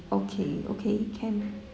okay okay can